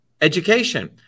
Education